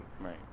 Right